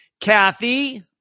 Kathy